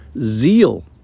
Zeal